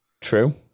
True